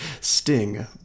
Sting